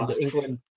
England